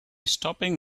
stopping